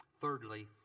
Thirdly